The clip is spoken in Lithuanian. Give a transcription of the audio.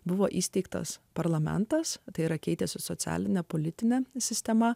buvo įsteigtas parlamentas tai yra keitėsi socialine politine sistema